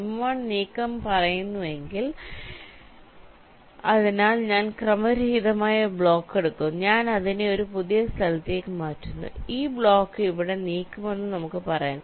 M1 നീക്കം പറയുന്നുവെങ്കിൽ അതിനാൽ ഞാൻ ക്രമരഹിതമായി ഒരു ബ്ലോക്ക് എടുക്കുന്നു ഞാൻ അതിനെ ഒരു പുതിയ സ്ഥലത്തേക്ക് മാറ്റുന്നു ഈ ബ്ലോക്ക് ഇവിടെ നീക്കുമെന്ന് നമുക്ക് പറയാം